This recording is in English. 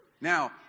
Now